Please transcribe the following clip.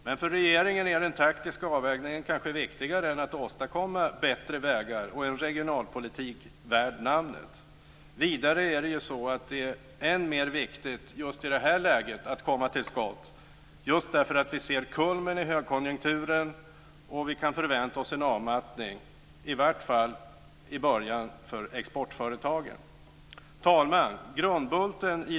Men för regeringen är den taktiska avvägningen kanske viktigare än att åstadkomma bättre vägar och en regionalpolitik värd namnet. Vidare är det än mer viktigt just i det här läget att komma till skott just därför att vi ser kulmen i högkonjunkturen och kan förvänta oss en avmattning, i varje fall i början, för exportföretagen. Herr talman!